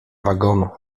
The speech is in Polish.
wagonu